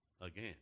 again